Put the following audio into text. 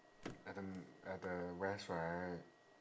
at the at the west right